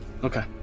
Okay